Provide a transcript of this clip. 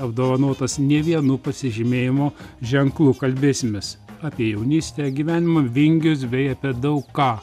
apdovanotas ne vienu pasižymėjimo ženklu kalbėsimės apie jaunystę gyvenimo vingius bei apie daug ką